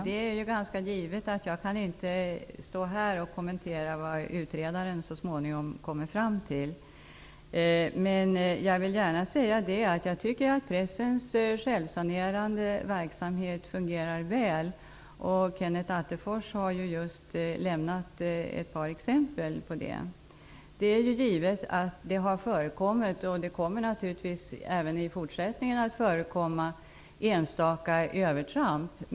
Fru talman! Det är ganska givet att jag inte kan stå här och kommentera vad utredaren så småningom kommer fram till, men jag vill gärna säga att jag tycker att pressens självsanerande verksamhet fungerar väl. Kenneth Attefors har just lämnat ett par exempel på det. Det har naturligtvis förekommit, och kommer även i fortsättningen att förekomma, enstaka övertramp.